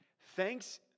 Thanks